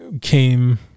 came